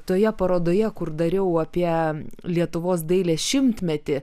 toje parodoje kur dariau apie lietuvos dailės šimtmetį